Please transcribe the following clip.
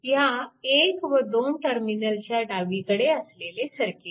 ह्या 1 व 2 टर्मिनलच्या डावीकडे असलेले सर्किट